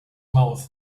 mouths